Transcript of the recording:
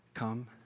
Come